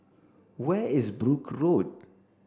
where is Brooke Road